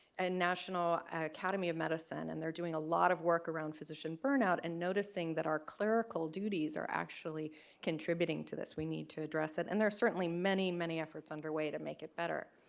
and national academy of medicine and they're doing a lot of work around physician burnout and noticing that our clerical duties are actually contributing to this. we need to address it and there are certainly many many efforts underway to make it better.